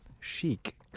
Chic